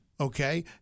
okay